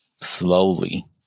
Slowly